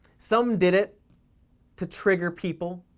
some did it to trigger people,